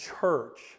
church